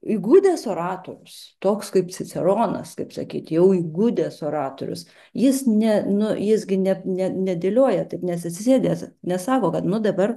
įgudęs oratorius toks kaip ciceronas kaip sakyti jau įgudęs oratorius jis ne nu jis gi ne ne nedėlioja taip nes atsisėdęs nesako kad nu dabar